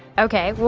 okay.